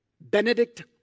Benedict